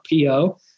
PO